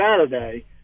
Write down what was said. Saturday